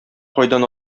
кайдан